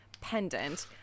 pendant